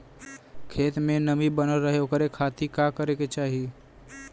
खेत में नमी बनल रहे ओकरे खाती का करे के चाही?